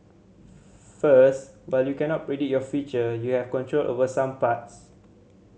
first but you cannot predict your future you have control over some parts